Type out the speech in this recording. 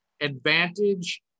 advantage